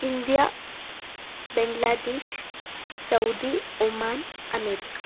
India Bangladesh Saudi Oman America